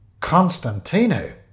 Constantino